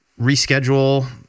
reschedule